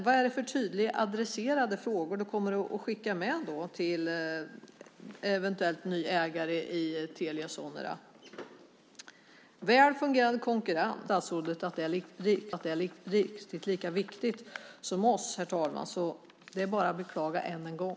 Vad är det för tydligt adresserade frågor du kommer att skicka med till en eventuellt ny ägare i Telia Sonera? Det handlar om väl fungerande konkurrens och att frågor om rikets säkerhet ska vara analyserade. Vi hade hoppats att det skulle ske innan man lade fram en sådan proposition. Statsrådet tycker tydligen inte att det är riktigt lika viktigt som vi. Det är bara att beklaga än en gång.